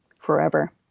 forever